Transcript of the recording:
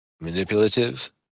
manipulative